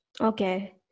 Okay